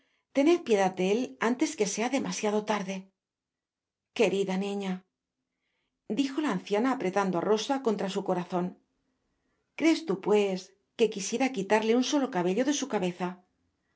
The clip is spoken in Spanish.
piedad de él antes que sea demasiado tarde querida niña dijo la anciana apretando á rosa contra su corazon crees tú pues que quisiera quitarle un solo cabello de su cabeza